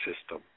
system